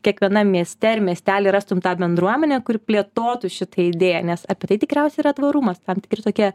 kiekvienam mieste ir miestely rastum tą bendruomenę kuri plėtotų šitai idėją nes apie tai tikriausiai yra tvarumas tam tikri tokie